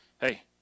Hey